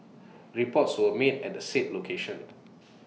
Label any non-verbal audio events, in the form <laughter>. reports were made at the said location <noise>